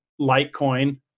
Litecoin